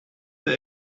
der